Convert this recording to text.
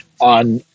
on